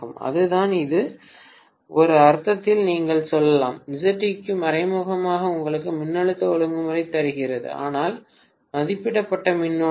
அதுதான் இது ஒரு அர்த்தத்தில் நீங்கள் சொல்லலாம் Zeq மறைமுகமாக உங்களுக்கு மின்னழுத்த ஒழுங்குமுறை தருகிறது ஆனால் மதிப்பிடப்பட்ட மின்னோட்டத்தில்